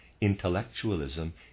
intellectualism